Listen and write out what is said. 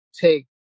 take